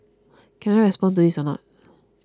can I respond to this anot